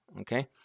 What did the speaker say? okay